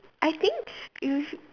I think you